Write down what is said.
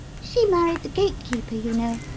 she married the gatekeeper, you know,